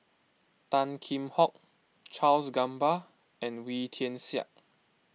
Tan Kheam Hock Charles Gamba and Wee Tian Siak